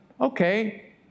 okay